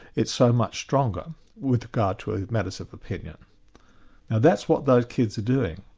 it's so much stronger with regard to ah matters of opinion. now that's what those kids are doing.